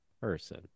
person